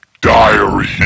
diary